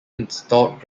installed